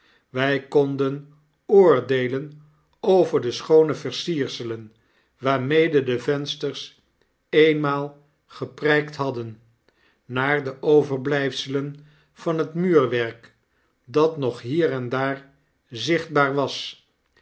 wj konden oordeelen over de schoone versierselen waarmede de vensters eenmaal geprijkt hadden naar de overbljjfselen van het muurwerk dat nog hier en daar zichtbaar was